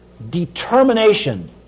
determination